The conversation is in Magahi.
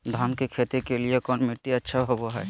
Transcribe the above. धान की खेती के लिए कौन मिट्टी अच्छा होबो है?